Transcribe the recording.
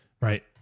Right